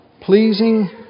pleasing